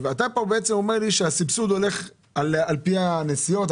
אתה אומר לי שהסבסוד הולך על פי הנסיעות,